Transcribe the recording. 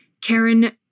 Karen